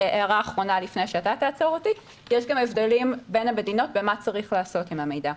יש גם הבדלים בין המדינות במה צריך לעשות עם המידע.